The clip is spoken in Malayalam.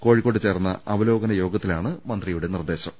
കോഴിക്കോട്ട് ചേർന്ന അവലോകനയോഗത്തിലാണ് മന്ത്രി യുടെ നിർദ്ദേശം